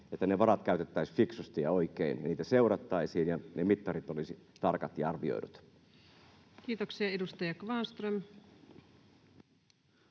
että ne varat käytettäisiin fiksusti ja oikein, niitä seurattaisiin ja mittarit olisivat tarkat ja arvioidut. Kiitoksia. — Edustaja Kvarnström.